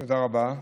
תודה רבה.